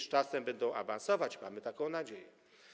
Z czasem będą awansować, mamy taką nadzieję.